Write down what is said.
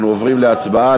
אנחנו עוברים להצבעה.